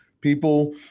people